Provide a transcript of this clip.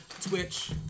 Twitch